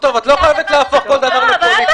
את לא חייבת להפוך כל דבר לפוליטי.